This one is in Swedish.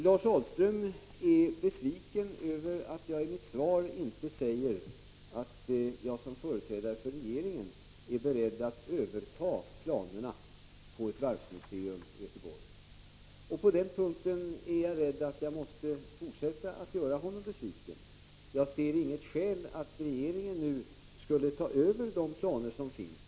Lars Ahlström är besviken över att jag i mitt svar inte sagt att jag som företrädare för regeringen är beredd att överta planerna på ett varvsmuseum i Göteborg. På den punkten är jag rädd att jag måste fortsätta att göra honom besviken. Jag ser inget skäl att regeringen nu skulle ta över de planer som finns.